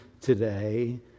today